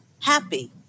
happy